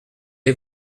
est